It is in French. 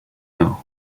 nord